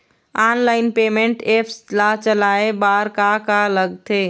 Online payment apps ला चलाए बार का का लगथे?